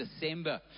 December